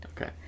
Okay